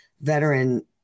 veteran